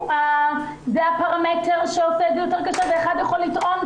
עושה את הפרמטר כיותר קשה ויש כאלה שיגידו